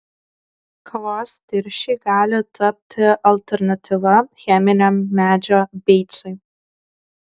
kavos tirščiai gali tapti alternatyva cheminiam medžio beicui